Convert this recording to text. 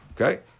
okay